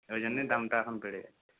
ওই জন্যই দামটা এখন বেড়ে গেছে